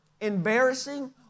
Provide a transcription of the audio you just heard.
embarrassing